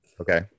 okay